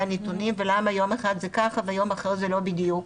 הנתונים ולמה יום אחד זה ככה ויום אחרי זה לא בדיוק.